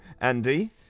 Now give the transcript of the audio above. Andy